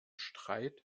streit